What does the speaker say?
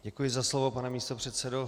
Děkuji za slovo, pane místopředsedo.